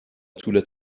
طول